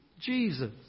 Jesus